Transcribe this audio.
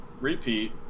repeat